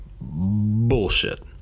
Bullshit